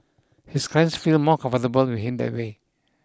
his clients feel more comfortable with him that way